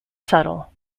subtle